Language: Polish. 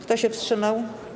Kto się wstrzymał?